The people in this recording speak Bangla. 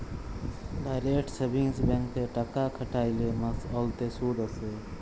ডাইরেক্ট সেভিংস ব্যাংকে টাকা খ্যাটাইলে মাস অল্তে সুদ আসে